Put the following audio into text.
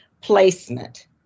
placement